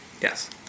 Yes